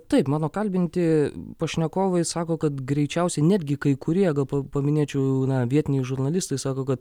taip mano kalbinti pašnekovai sako kad greičiausiai netgi kai kurie gal paminėčiau na vietiniai žurnalistai sako kad